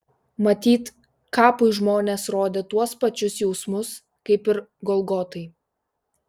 matyt kapui žmonės rodė tuos pačius jausmus kaip ir golgotai